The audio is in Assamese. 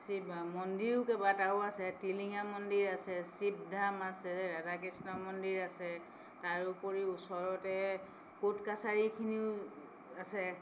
শিৱ মন্দিৰো কেবাটাও আছে টিলিঙা মন্দিৰ আছে শিৱধাম আছে ৰাধা কৃষ্ণ মন্দিৰ আছে তাৰোপৰিও ওচৰতে কৰ্ট কাছাৰীখিনিও আছে